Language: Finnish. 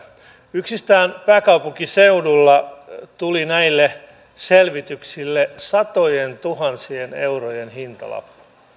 yksistään pääkaupunkiseudulla tuli näille selvityksille satojentuhansien eurojen hintalappu